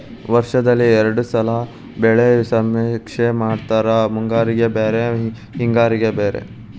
ವರ್ಷದಲ್ಲಿ ಎರ್ಡ್ ಸಲಾ ಬೆಳೆ ಸಮೇಕ್ಷೆ ಮಾಡತಾರ ಮುಂಗಾರಿಗೆ ಬ್ಯಾರೆ ಹಿಂಗಾರಿಗೆ ಬ್ಯಾರೆ